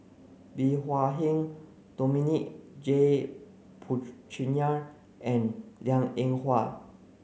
Bey Hua Heng Dominic J Puthucheary and Liang Eng Hwa